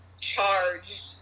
charged